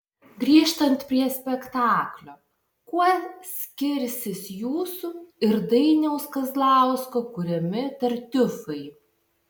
grįžtant prie spektaklio kuo skirsis jūsų ir dainiaus kazlausko kuriami tartiufai